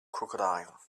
crocodile